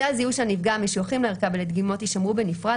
-- "(ד) פרטי הזיהוי של הנפגע המשויכים לערכה ולדגימות יישמרו בנפרד,